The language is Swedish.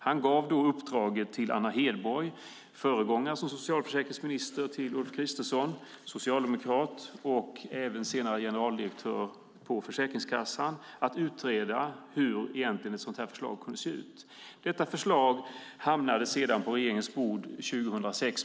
Han gav i uppdrag till Anna Hedborg, socialdemokrat, före detta socialförsäkringsminister och senare generaldirektör på Försäkringskassan, att utreda hur ett förslag skulle kunna se ut. Förslaget hamnade på regeringens bord våren 2006.